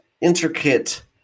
intricate